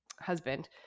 husband